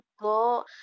go